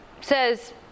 says